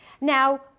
Now